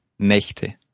Nächte